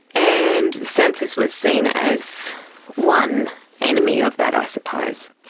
and the census was seen as one enemy of that i suppose.